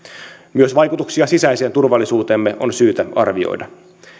myös vaikutuksia sisäiseen turvallisuuteemme on syytä arvioida